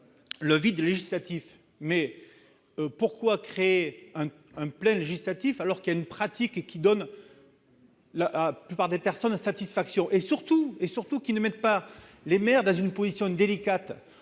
le vide législatif mais pourquoi créer un un plein législatif alors qu'il y a une pratique, qui donne la part des personnes satisfaction et surtout et surtout qui ne mettent pas les maires dans une position délicate,